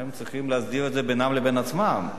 הם צריכים להסדיר את זה בינם לבין עצמם.